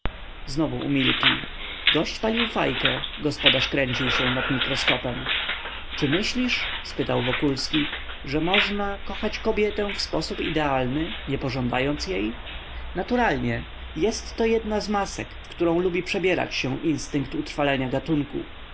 znowu umilkli gość palił fajkę gospodarz kręcił się nad mikroskopem czy myślisz spytał wokulski że można kochać kobietę w sposób idealny nie pożądając jej naturalnie jest to jedna z masek w którą lubi przebierać się instynkt utrwalenia gatunku